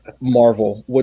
Marvel